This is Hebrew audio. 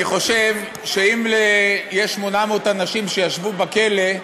אני חושב שאם יש 800 אנשים שישבו בכלא,